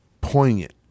poignant